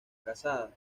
casada